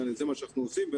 זה מה שאנחנו עושים.